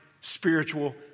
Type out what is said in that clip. spiritual